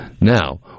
now